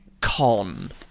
con